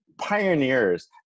Pioneers